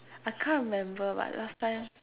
I can't remember but last time